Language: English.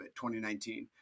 2019